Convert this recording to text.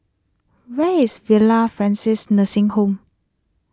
where is Villa Francis Nursing Home